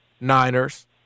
Niners